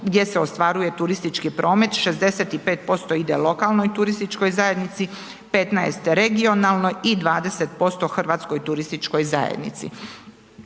gdje se ostvaruje turistički promet 65% ide lokalnoj turističkoj zajednici, 15 regionalnoj i 20% HTZ-u. U uvodnom